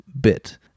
bit